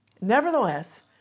Nevertheless